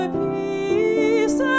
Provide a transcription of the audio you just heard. peace